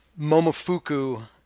momofuku